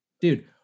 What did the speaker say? Dude